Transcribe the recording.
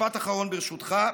משפט אחרון, ברשותך.